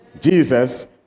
Jesus